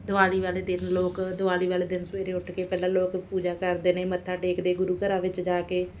ਦੀਵਾਲੀ ਵਾਲੇ ਦਿਨ ਲੋਕ ਦੀਵਾਲੀ ਵਾਲੇ ਦਿਨ ਸਵੇਰੇ ਉੱਠ ਕੇ ਪਹਿਲਾਂ ਲੋਕ ਪੂਜਾ ਕਰਦੇ ਨੇ ਮੱਥਾ ਟੇਕਦੇ ਗੁਰੂ ਘਰਾਂ ਵਿੱਚ ਜਾ ਕੇ